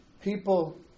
People